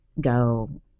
go